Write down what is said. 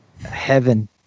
Heaven